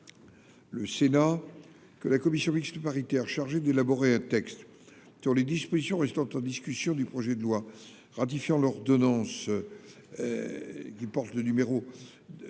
le Sénat que la commission mixte paritaire chargée d'élaborer un texte sur les dispositions restant en discussion du projet de loi ratifiant l'ordonnance n° 2021-1605 du